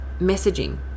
messaging